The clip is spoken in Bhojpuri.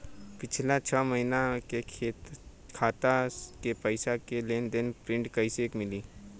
पिछला छह महीना के खाता के पइसा के लेन देन के प्रींट कइसे मिली?